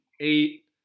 eight